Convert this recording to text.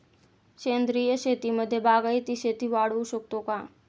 सेंद्रिय शेतीमध्ये बागायती शेती वाढवू शकतो का?